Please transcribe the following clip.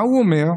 מה הוא אומר?